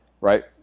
Right